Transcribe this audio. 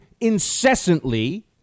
incessantly